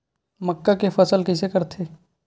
मक्का के फसल कइसे करथे?